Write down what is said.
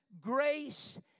grace